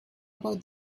about